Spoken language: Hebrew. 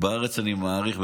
אני מעריך,